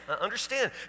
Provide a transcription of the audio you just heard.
Understand